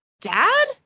Dad